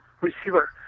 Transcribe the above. receiver